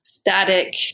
static